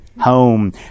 Home